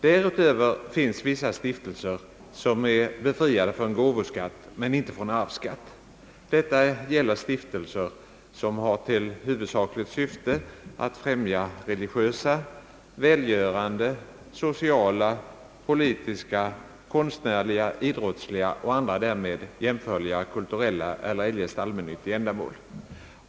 Därutöver finns vissa stiftelser som är befriade från gåvoskatt men icke från arvsskatt, t.ex. stiftelser som har till huvudsakligt ändamål att främja religiösa, välgörande, sociala, politiska, konstnärliga, idrottsliga och andra därmed jämförliga kulturella eller eljest allmännyttiga ändamål.